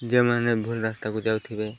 ଯେଉଁମାନେ ଭୁଲ ରାସ୍ତାକୁ ଯାଉଥିବେ